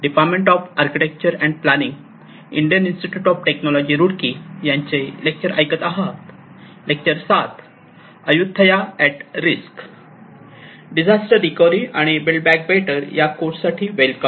disaster recovery आणि build back better या कोर्ससाठी वेलकम